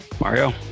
Mario